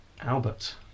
Albert